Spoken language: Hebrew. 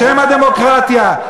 בשם הדמוקרטיה,